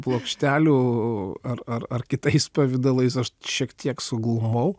plokštelių ar ar ar kitais pavidalais aš šiek tiek suglumau